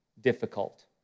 difficult